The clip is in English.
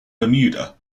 bermuda